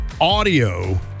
audio